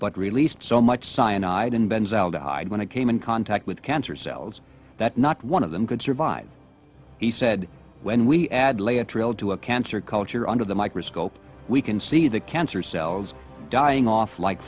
but released so much cyanide in ben's aldehyde when it came in contact with cancer cells that not one of them could survive he said when we add lay a trail to a cancer culture under the microscope we can see the cancer cells dying off like